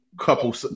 Couple